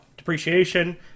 depreciation